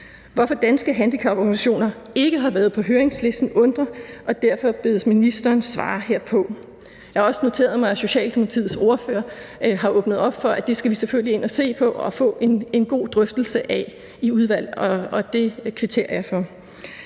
Hvorfor Danske Handicaporganisationer ikke har været på høringslisten undrer, og derfor bedes ministeren svare herpå. Jeg har også noteret mig, at Socialdemokratiets ordfører har åbnet op for, at vi selvfølgelig skal ind at se på og få en god drøftelse af det i udvalget, og det kvitterer jeg